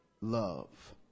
love